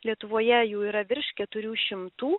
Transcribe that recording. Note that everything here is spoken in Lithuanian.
lietuvoje jų yra virš keturių šimtų